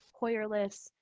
hoyer lifts,